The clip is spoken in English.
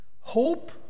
Hope